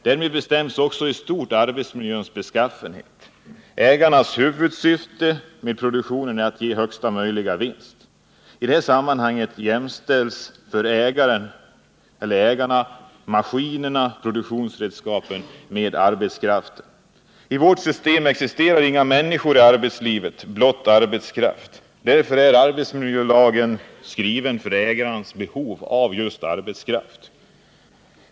Därmed bestäms också i stort arbetsmiljöns beskaffenhet. Ägarnas huvudsyfte med produktionen är att den skall ge högsta möjliga vinst. I detta sammanhang jämställs för ägarna maskinerna och produktionsredskapen med arbetskraften. I vårt system existerar inga människor i arbetslivet, blott arbetskraft. Därför är arbetsmiljölagen skriven för ägarnas behov av just arbetskraft.